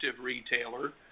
retailer